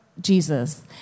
Jesus